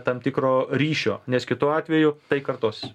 tam tikro ryšio nes kitu atveju tai kartosis